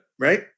Right